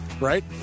right